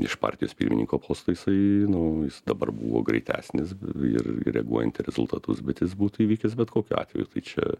iš partijos pirmininko posto jisai nu jis dabar buvo greitesnis ir reaguojant į rezultatus bet jis būtų įvykęs bet kokiu atveju tai čia